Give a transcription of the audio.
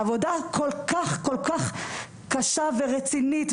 העבודה כל כך כל כך קשה ורצינית,